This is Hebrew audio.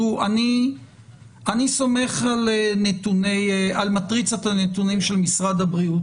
אני סומך על מטריצת הנתונים של משרד הבריאות,